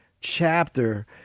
chapter